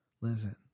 Listen